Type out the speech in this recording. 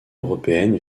européenne